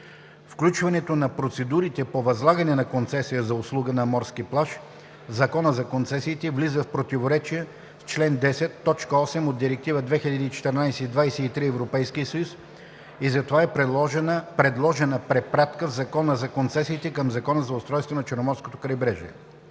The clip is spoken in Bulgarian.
Включването на процедурите по възлагане на концесия за услуга на морски плаж в Закона за концесиите влиза в противоречие с чл. 10, т. 8 от Директива 2014/23/ЕС и затова е предложена препратка в Закона за концесиите към Закона за устройството на Черноморското крайбрежие.